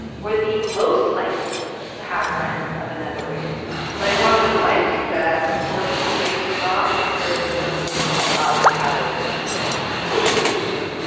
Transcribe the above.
were the most likely to have friends of another race but i want to remind you that, of course, they did not look good in terms of just the odds of having a friend wait, wait, wait.